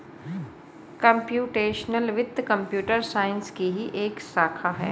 computational वित्त computer science की ही एक शाखा है